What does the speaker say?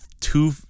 two